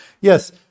yes